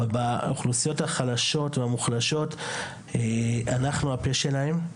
באוכלוסיות החלשות והמוחלשות אנחנו הפה שלהם.